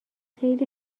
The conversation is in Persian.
خیلی